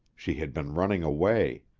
she had been running away.